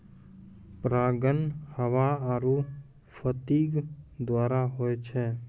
परागण हवा आरु फतीगा द्वारा होय छै